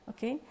Okay